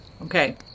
Okay